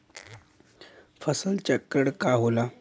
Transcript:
फसल चक्रण का होला?